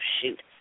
shoot